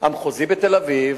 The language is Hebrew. המחוזי בתל-אביב.